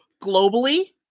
globally